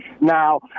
Now